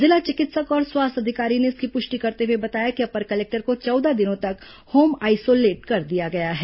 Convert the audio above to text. जिला चिकित्सा और स्वास्थ्य अधिकारी ने इसकी पुष्टि करते हुए बताया कि अपर कलेक्टर को चौदह दिनों तक होम आइसोलेट कर दिया गया है